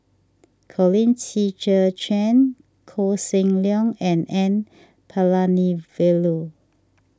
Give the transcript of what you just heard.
Colin Qi Zhe Quan Koh Seng Leong and N Palanivelu